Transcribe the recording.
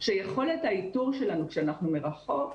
שיכולת האיתור שלנו כשאנחנו מרחוק,